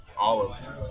olives